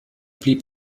blieb